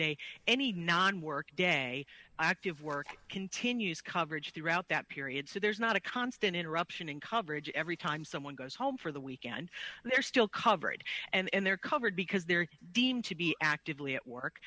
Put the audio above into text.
day any non work day active work continues coverage throughout that period so there's not a constant interruption in coverage every time someone goes home for the weekend they're still covered and they're covered because they're deemed to be actively at work